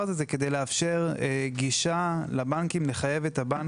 הזה מלכתחילה היא כדי לחייב את הבנקים,